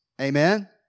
Amen